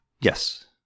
Yes